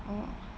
mm